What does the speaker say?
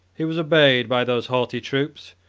he was obeyed by those haughty troops,